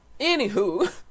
anywho